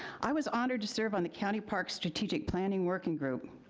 i was honored to serve on the county park strategic planning working group.